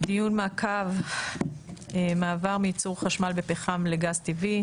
דיון מעקב מעבר מייצור חשמל בפחם לגז טבעי.